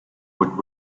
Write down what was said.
would